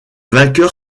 vainqueur